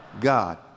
God